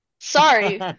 Sorry